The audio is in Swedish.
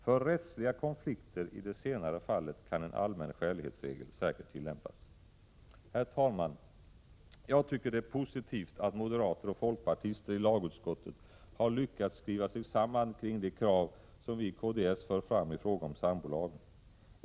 För rättsliga konflikter i det senare fallet kan en allmän skälighetsregel tillämpas. Herr talman! Jag tycker det är positivt att moderater och folkpartister i lagutskottet har lyckats skriva sig samman kring de krav som vii kds för fram i fråga om sambolagen.